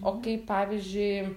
o kaip pavyzdžiui